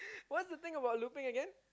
what's the thing about looping again